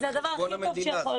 זה הדבר הכי טוב שיכול להיות.